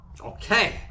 Okay